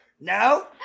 No